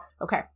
Okay